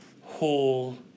whole